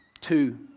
Two